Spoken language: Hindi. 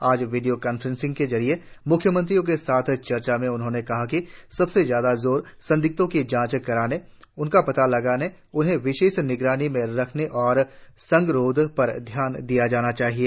आज वीडियो कॉन्फ्रेंसिंग के जरिये मुख्यमंत्रियों के साथ चर्चा में उन्होंने कहा कि सबसे ज्यादा जोर संदिग्धों की जांच कराने उनका पता लगाने उन्हें विशेष निगरानी में रखने और संगरोध पर दिया जाना चाहिए